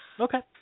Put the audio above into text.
Okay